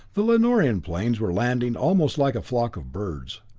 the lanorian planes were landing almost like a flock of birds,